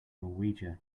norwegia